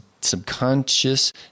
subconscious